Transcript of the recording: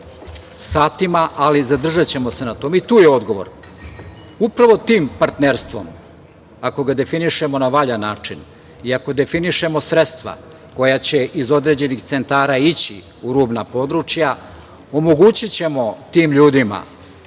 satima, ali zadržaćemo se na tome. Tu je odgovor. Upravo tim partnerstvom, ako ga definišemo na valjan način, ako definišemo sredstva koja će iz određenih centara ići u rubna područja, omogućićemo tim ljudima